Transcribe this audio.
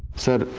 sir.